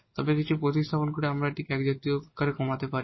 তবে কিছু প্রতিস্থাপন করে আমরা এটিকে একজাতীয় আকারে কমাতে পারি